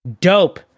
dope